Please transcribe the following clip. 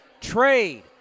trade